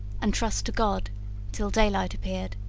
and trust to god till daylight appeared,